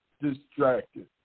distracted